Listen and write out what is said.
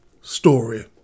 story